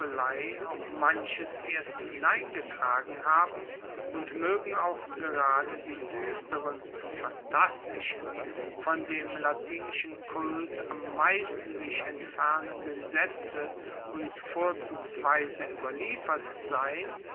auch manches erst hineingetragen haben und moegen auch gerade die duesteren und phantastischen von dem latinischen kult am meisten sich entfernenden saetze uns vorzugsweise ueberliefert sein